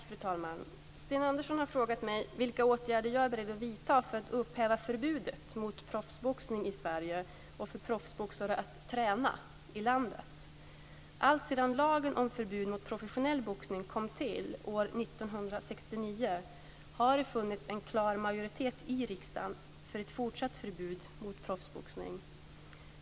Fru talman! Sten Andersson har frågat mig vilka åtgärder jag är beredd att vidta för att upphäva förbudet mot proffsboxning i Sverige och för proffsboxare att träna i landet. Alltsedan lagen om förbud mot professionell boxning kom till år 1969 har det funnits en klar majoritet i riksdagen för ett fortsatt förbud mot proffsboxning.